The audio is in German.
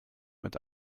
mit